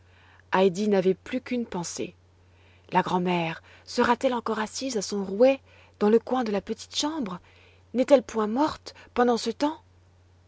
heidi n'avait plus qu'une pensée la grand'mère sera-t-elle encore assise à son rouet dans le coin de la petite chambre n'est-elle point morte pendant ce temps